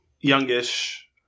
youngish